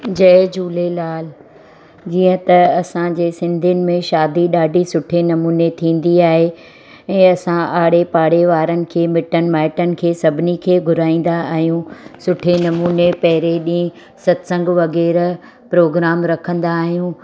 जय झूलेलाल जीअं त असांजे सिंधियुनि में शादी ॾाढी सुठे नमूने थींदी आहे ईअं असां आड़े पाड़े वारनि खे मिटनि माइटनि खे सभिनी खे घुराईंदा आहियूं सुठे नमूने पहिरियों ई ॾींहुं सत्संगु वग़ैरह प्रोग्राम रखंदा आहियूं